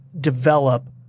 develop